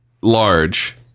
large